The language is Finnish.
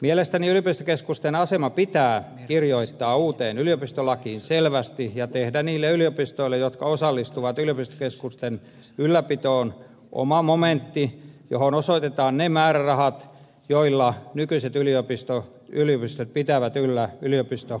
mielestäni yliopistokeskusten asema pitää kirjoittaa uuteen yliopistolakiin selvästi ja pitää tehdä niille yliopistoille jotka osallistuvat yliopistokeskusten ylläpitoon oma momentti johon osoitetaan ne määrärahat joilla nykyiset yliopistot pitävät yllä yliopistokeskusta